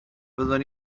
fyddwn